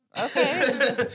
Okay